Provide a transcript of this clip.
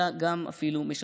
אלא אפילו משפרת.